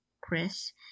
Chris